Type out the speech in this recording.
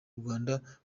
rwanda